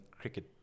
cricket